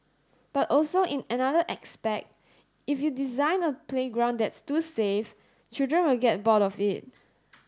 but also in another aspect if you design a playground that's too safe children will get bored of it